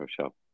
Show